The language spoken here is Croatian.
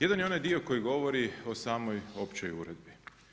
Jedan je onaj dio koji govori o samoj općoj uredbi.